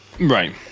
Right